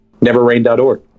neverrain.org